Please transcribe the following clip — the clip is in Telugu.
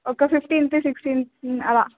ఒక ఫిఫ్టీన్ టూ సిక్సటీన్ అలా